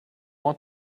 want